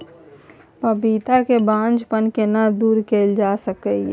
पपीता के बांझपन केना दूर कैल जा सकै ये?